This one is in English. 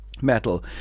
metal